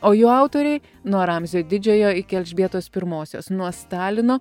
o jų autoriai nuo ramzio didžiojo iki elžbietos pirmosios nuo stalino